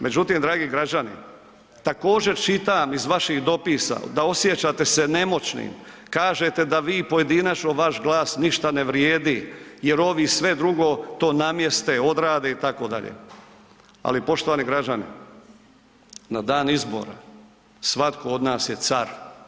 Međutim, dragi građani također čitam iz vašim dopisa da osjećate se nemoćnim, kažete da vi pojedinačno vaš glas ništa ne vrijedi jer ovi sve drugo to namjeste, odrade itd., ali poštovani građani na dan izbora svatko od nas je car.